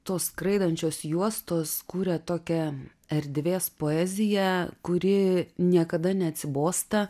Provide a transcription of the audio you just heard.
to skraidančios juostos kuria tokią erdvės poeziją kuri niekada neatsibosta